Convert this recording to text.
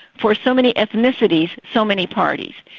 for so many ethnicities, so many parties'.